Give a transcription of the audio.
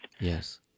Yes